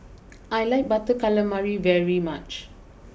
I like Butter Calamari very much